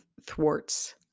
thwarts